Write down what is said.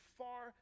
far